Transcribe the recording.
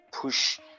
push